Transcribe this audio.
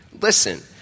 Listen